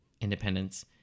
independence